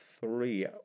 three